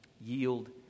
yield